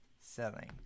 selling